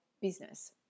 business